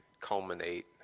culminate